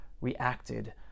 reacted